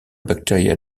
bacteria